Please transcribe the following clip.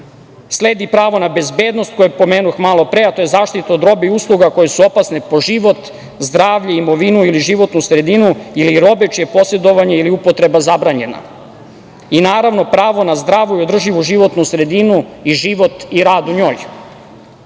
sledi pravo na bezbednost, koju pomenuh malopre, a to je zaštita od robe i usluga koje su opasne po život, zdravlje, imovinu ili životnu sredinu ili robe čije je posedovanje ili upotreba zabranjena i, naravno, pravo na zdravu i održivu životnu sredinu i život i rad u njoj,